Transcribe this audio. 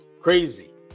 crazy